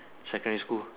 secondary school